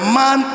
man